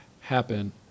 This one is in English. happen